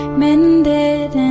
mended